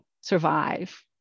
survive